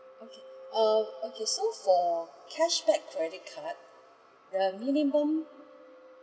okay uh okay so for cashback credit card the minimum